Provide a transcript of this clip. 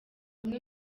bamwe